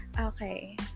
Okay